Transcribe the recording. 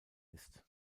ist